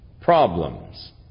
problems